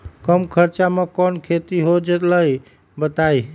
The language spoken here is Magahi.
कम खर्च म कौन खेती हो जलई बताई?